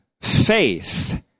Faith